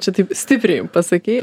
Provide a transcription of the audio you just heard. čia taip stipriai pasakei